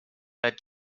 that